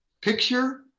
picture